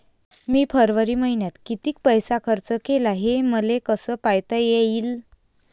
मी फरवरी मईन्यात कितीक पैसा खर्च केला, हे मले कसे पायता येईल?